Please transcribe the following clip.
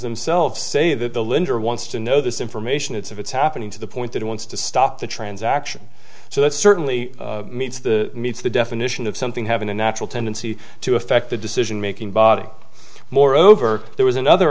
themselves say that the lender wants to know this information it's of it's happening to the point that it wants to stop the transaction so that certainly meets the meets the definition of something having a natural tendency to affect the decision making body moreover there was another